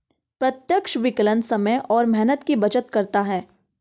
प्रत्यक्ष विकलन समय और मेहनत की बचत करता है